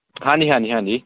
ਹਾਂਜੀ ਹਾਂਜੀ ਹਾਂਜੀ